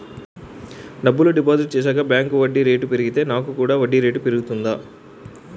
డబ్బులు డిపాజిట్ చేశాక బ్యాంక్ వడ్డీ రేటు పెరిగితే నాకు కూడా వడ్డీ రేటు పెరుగుతుందా?